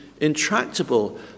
intractable